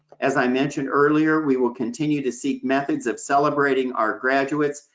as i mentioned earlier, we will continue to seek methods of celebrating our graduates,